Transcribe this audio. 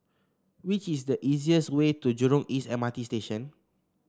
what is the easiest way to Jurong East M R T Station